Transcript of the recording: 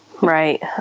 Right